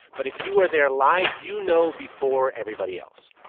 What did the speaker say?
but if you are there live, you know before everybody else.